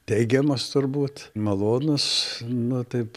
teigiamas turbūt malonūs nu taip